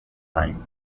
line